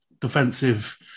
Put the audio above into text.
defensive